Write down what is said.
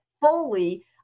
fully